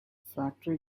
factory